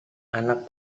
anak